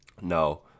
no